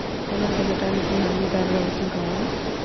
ఋణం పొందటానికి హమీదారుడు అవసరం కావాలా?